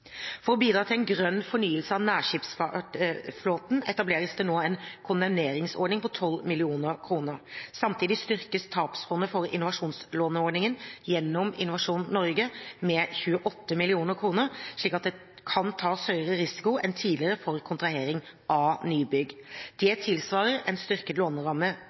For å bidra til en grønn fornyelse av nærskipsfartsflåten etableres det nå en kondemneringsordning på 12 mill. kr. Samtidig styrkes tapsfondet for innovasjonslåneordningen gjennom Innovasjon Norge med 28 mill. kr, slik at det kan tas høyere risiko enn tidligere for kontrahering av nybygg. Det tilsvarer en styrket låneramme